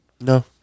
No